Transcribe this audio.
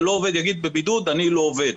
ולא שעובד יגיד: בבידוד אני לא עובד.